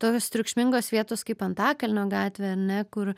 tokios triukšmingos vietos kaip antakalnio gatvė ane kur